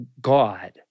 God